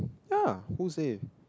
yeah who said